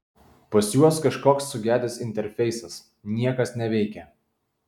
pas juos kažkoks sugedęs interfeisas niekas neveikia